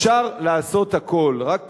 אפשר לעשות הכול, רק